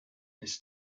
this